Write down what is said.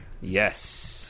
Yes